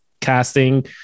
casting